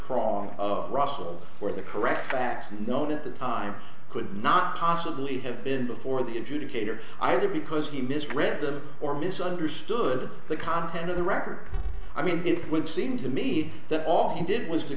prong of russell where the correct facts know that the time could not possibly have been before the adjudicator either because he misread them or mis understood the content of the record i mean it would seem to me that all he did was to